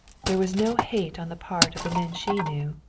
there was no hate on the part of the men she knew.